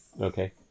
Okay